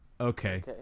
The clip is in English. Okay